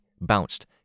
bounced